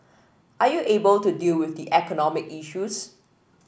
are you able to deal with the economic issues